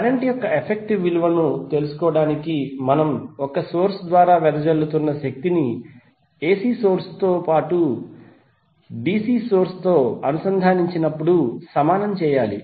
current యొక్క effective విలువను తెలుసుకోవడానికి మనం ఒక సోర్స్ ద్వారా వెదజల్లుతున్న శక్తిని ఎసి సోర్స్ తో పాటు డిసి సోర్స్ తో అనుసంధానించినప్పుడు సమానం చేయాలి